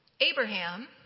Abraham